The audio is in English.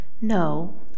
No